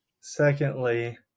Secondly